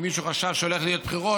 אם מישהו חשב שהולכות להיות בחירות,